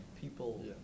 People